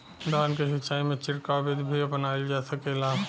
धान के सिचाई में छिड़काव बिधि भी अपनाइल जा सकेला?